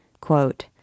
Quote